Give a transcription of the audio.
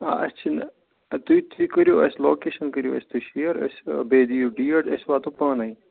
آ اَسہِ چھِنہٕ تُہۍ تُہۍ کٔرِو اَسہِ لوکیشَن کٔرِو اَسہِ تُہۍ شِیر اَسہِ بیٚیہِ دِیِو ڈیٹ أسۍ وَاتَو پانٕے